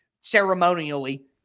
ceremonially